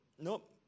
nope